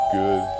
good